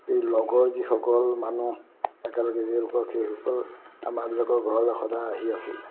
এই লগৰ যিসকল মানুহ একেলগে জেল খোৱা সেইসকল আমাৰবিলাকৰ ঘৰলে সদায় আহি আছিল